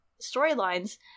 storylines